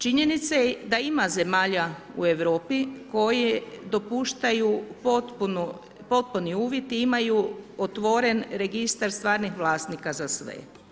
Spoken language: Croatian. Činjenica je da ima zemalja u Europi koje dopuštaju potpuni uvid i imaju otvoren registar stvarnih vlasnika za sve.